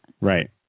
Right